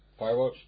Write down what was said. Firewatch